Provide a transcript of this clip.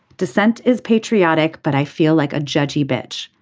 dissent is patriotic but i feel like a judge a bitch.